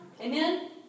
Amen